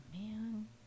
man